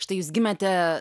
štai jūs gimėte